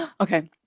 okay